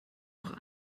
noch